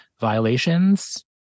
violations